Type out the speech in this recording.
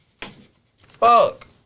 Fuck